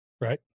Right